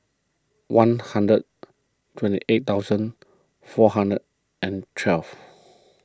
one hundred twenty eight thousand four hundred and twelve